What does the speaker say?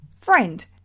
friend